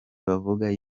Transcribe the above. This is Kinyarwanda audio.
bavuga